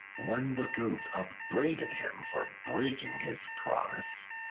when the goat upbraided him for breaking his promise,